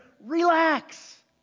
relax